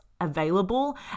available